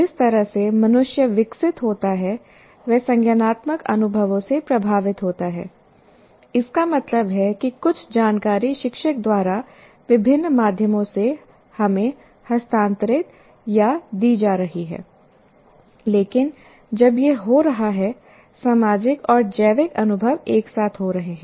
जिस तरह से मनुष्य विकसित होता है वह संज्ञानात्मक अनुभवों से प्रभावित होता है इसका मतलब है कि कुछ जानकारी शिक्षक द्वारा विभिन्न माध्यमों से हमें हस्तांतरित या दी जा रही है लेकिन जब यह हो रहा है सामाजिक और जैविक अनुभव एक साथ हो रहे हैं